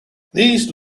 these